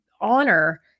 honor